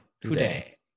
today